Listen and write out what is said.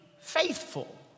faithful